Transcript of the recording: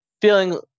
feeling